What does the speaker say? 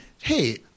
hey